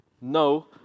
No